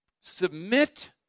Submit